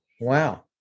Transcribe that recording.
Wow